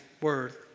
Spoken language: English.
word